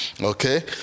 Okay